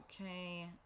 okay